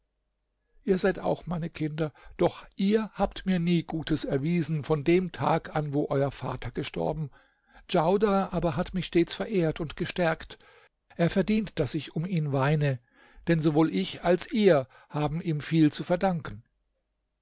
ihr seid auch meine kinder doch ihr habt mir nie gutes erwiesen von dem tag an wo euer vater gestorben djaudar aber hat mich stets verehrt und gestärkt er verdient daß ich um ihn weine denn ich sowohl als ihr haben ihm viel zu verdanken